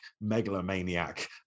megalomaniac